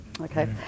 Okay